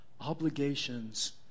obligations